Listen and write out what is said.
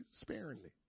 sparingly